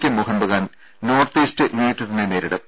K Mohun Bagan north east യുണൈറ്റഡിനെ നേരിടും